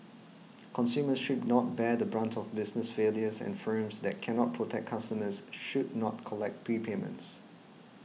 consumers should not bear the brunt of business failures and firms that cannot protect customers should not collect prepayments